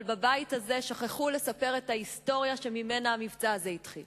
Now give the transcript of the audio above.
אבל בבית הזה שכחו לספר את ההיסטוריה שממנה המבצע הזה התחיל